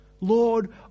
Lord